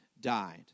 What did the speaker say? died